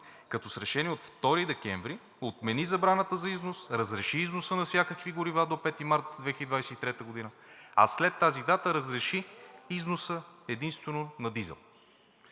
като с решение от 2 декември отмени забраната за износ, разреши износа на всякакви горива до 5 март 2023 г., а след тази дата забрани износа единствено на дизел.